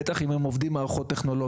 בטח אם הם עובדים עם מערכות טכנולוגיות,